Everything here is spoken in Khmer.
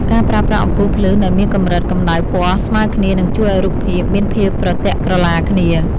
ការប្រើប្រាស់អំពូលភ្លើងដែលមានកម្រិតកម្តៅពណ៌ស្មើគ្នានឹងជួយឱ្យរូបភាពមានភាពប្រទាក់ក្រឡាគ្នា។